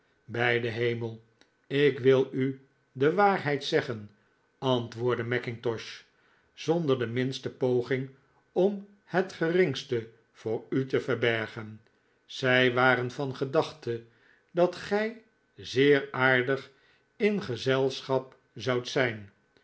bij den hemel ik wil u de waarheid zeggen antwoordde mackintosh zonder de minste poging om het geringste voor u te verbergen zij waren van gedachte dat gij zeer aardig in gezelschap zoudt zijn